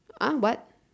ah what